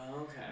Okay